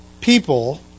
people